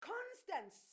Constance